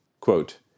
Quote